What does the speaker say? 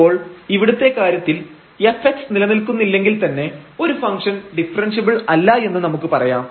അപ്പോൾ ഇവിടുത്തെ കാര്യത്തിൽ fx നിലനിൽക്കുന്നില്ലെങ്കിൽ തന്നെ ഒരു ഫംഗ്ഷൻ ഡിഫറെൻഷ്യബിൾ അല്ലാ എന്ന് നമുക്ക് പറയാം